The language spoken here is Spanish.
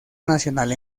nacional